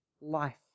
life